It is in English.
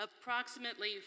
Approximately